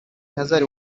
hazard